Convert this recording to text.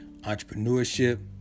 entrepreneurship